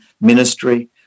ministry